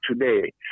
today